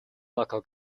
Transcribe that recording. local